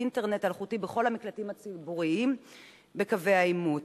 אינטרנט אלחוטית בכל המקלטים הציבוריים בקווי העימות.